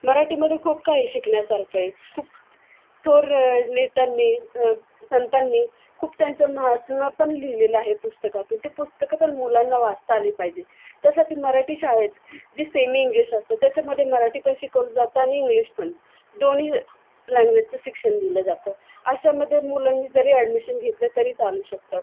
मराठीमध्ये खूप काही शिकण्यासारखं आहे खूप थोर नेत्यांनी संतांनी खूप त्यांचं माहात्म्य पण लिहिलेलं आहे पुस्तकातून ते पुस्तकं पण मुलांना वाचता आली पाहिजे आहेत त्या साठी मराठी शाळेत जी सेमी इंग्लिश असतात त्याच्यामध्ये मराठी पण शिकवलं जातं आणि इंग्लिश पण दोन्ही लँग्वेजचं शिक्षण दिलं जातं अशामध्ये मुलांनी जरी ॲडमिशन घेतल्या तरी चालू शकतात